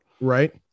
Right